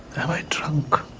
i drunk?